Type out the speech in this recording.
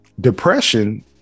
depression